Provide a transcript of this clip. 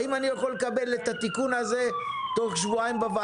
האם אני יכול לקבל את התיקון הזה לוועדה בתוך שבועיים?